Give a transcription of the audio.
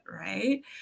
right